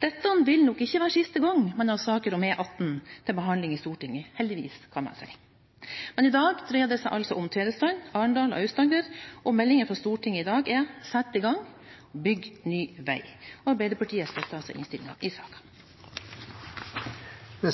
Dette vil nok ikke være siste gang vi har saker om E18 til behandling i Stortinget, heldigvis, kan man si. Men i dag dreier det seg altså om Tvedestrand, Arendal og Aust-Agder, og meldingen fra Stortinget i dag er: Sett i gang – bygg ny vei! Arbeiderpartiet støtter altså innstillingen i saken. Det